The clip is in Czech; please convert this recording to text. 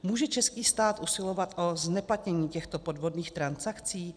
Může český stát usilovat o zneplatnění těchto podvodných transakcí?